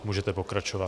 Můžete pokračovat.